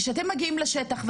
כשאתם מגיעים לשטח,